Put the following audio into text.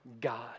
God